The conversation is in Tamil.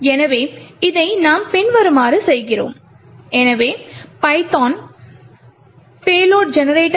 எனவே இதை நாம் பின்வருமாறு செய்கிறோம் எனவே பைதான் payload generator